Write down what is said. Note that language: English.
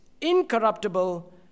incorruptible